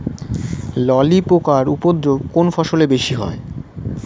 ললি পোকার উপদ্রব কোন ফসলে বেশি হয়?